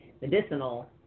medicinal